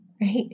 right